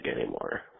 anymore